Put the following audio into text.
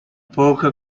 boca